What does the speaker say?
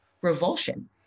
revulsion